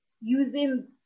using